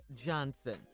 johnson